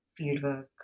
fieldwork